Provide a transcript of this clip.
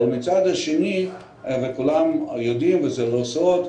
אבל מצד שני וכולם יודעים וזה לא סוד,